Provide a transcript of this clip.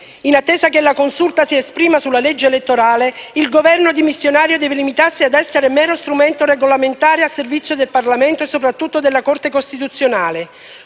«In attesa che la Consulta si esprima sulla legge elettorale, il Governo dimissionario deve limitarsi ad essere mero strumento regolamentare al servizio del Parlamento e soprattutto della Corte costituzionale.